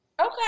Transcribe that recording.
Okay